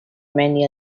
many